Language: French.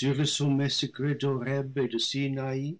et de sinaï